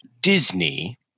Disney